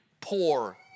poor